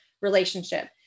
relationship